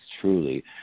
truly